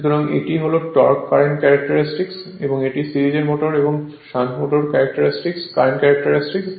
সুতরাং এটি হল টর্ক কারেন্ট ক্যারেক্টারিস্টিক এবং এটি সিরিজ মোটর এবং শান্ট মোটরের কারেন্ট ক্যারেক্টারিস্টিক